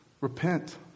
repent